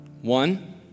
One